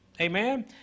Amen